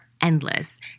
endless